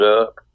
up